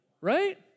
Right